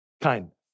kindness